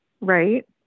right